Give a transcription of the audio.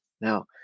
Now